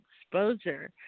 exposure